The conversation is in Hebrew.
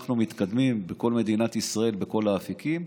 אנחנו מתקדמים בכל מדינת ישראל בכל האפיקים,